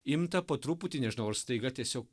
imta po truputį nežinau ar staiga tiesiog